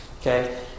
Okay